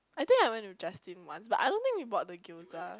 I think I went with Justin once but I don't think we bought the gyoza